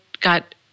got